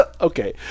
Okay